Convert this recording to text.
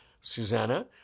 Susanna